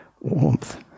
warmth